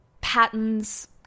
Patterns